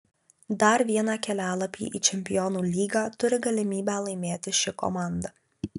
dar vieną kelialapį į čempionų lygą turi galimybę laimėti ši komanda